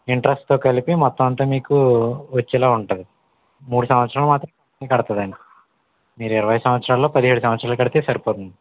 ఇంట్రెస్ట్తో కలిపి మొత్తం అంతా మీకు వచ్చేలా ఉంటుంది మూడు సంవత్సరాలు మాత్రం కంపెనీయే కడుతుంది అండి మీరు ఇరవై సంవత్సరాలలో పదిహేడు సంవత్సరాలు కడితే సరిపోతుంది